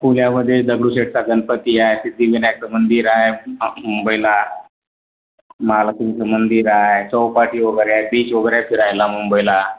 पुण्यामध्ये दगडूशेठचा गणपती आहे सिद्धिविनायकचं मंदिर आहे मुंबईला महालक्ष्मीचं मंदिर आहे चौपाटी वगैरे आहे बीच वगैरे आहे फिरायला मुंबईला